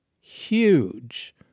huge